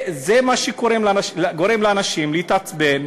זה מה שגורם לאנשים להתעצבן,